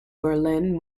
berlin